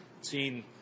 seen